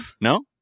No